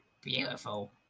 beautiful